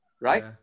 right